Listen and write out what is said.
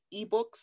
eBooks